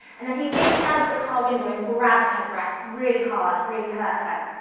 and then he reached out of the car window and grabbed her breasts really hard, really hurt her.